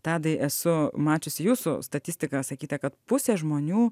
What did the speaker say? tadai esu mačiusi jūsų statistiką sakyta kad pusė žmonių